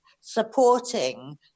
supporting